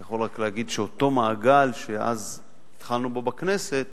אני יכול רק להגיד שאותו מעגל שאז התחלנו בו בכנסת